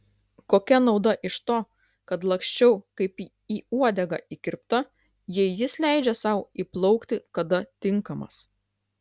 kokia nauda iš to kad laksčiau kaip į uodegą įkirpta jei jis leidžia sau įplaukti kada tinkamas